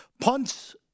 punts